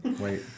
Wait